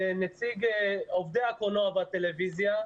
מנכ"ל איגוד עובדי הקולנוע והטלוויזיה.